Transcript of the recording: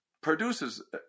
produces